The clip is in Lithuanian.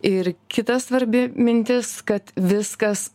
ir kita svarbi mintis kad viskas